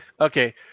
Okay